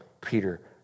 Peter